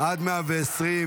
תודה רבה, אדוני היושב-ראש.